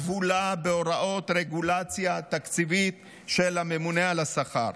הכבולה בהוראות רגולציה תקציבית של הממונה על השכר.